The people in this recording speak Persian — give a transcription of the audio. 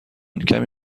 کمی